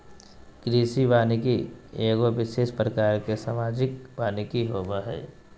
कृषि वानिकी एगो विशेष प्रकार के सामाजिक वानिकी होबो हइ